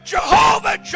Jehovah